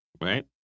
right